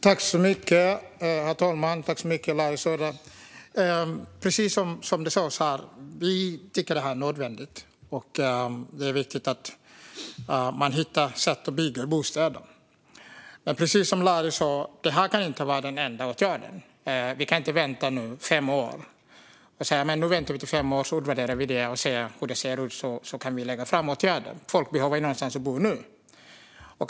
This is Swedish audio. Herr talman! Precis som sades här tycker vi att detta är nödvändigt. Det är viktigt att man hittar sätt att bygga bostäder. Men precis som Larry sa kan detta inte vara den enda åtgärden. Vi kan inte vänta i fem år och sedan utvärdera det innan vi lägger fram något nytt - folk behöver ju någonstans att bo nu!